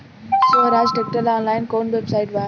सोहराज tractor ला online कोउन website बा?